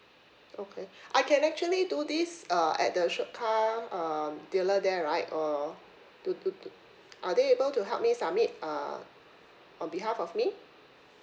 okay I can actually do this uh at the showed car um dealer there right or two two two are they able to help me submit uh on behalf of me